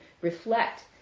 reflect